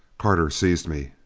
carter seized me.